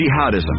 Jihadism